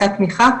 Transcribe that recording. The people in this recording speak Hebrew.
קצת תמיכה,